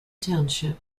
township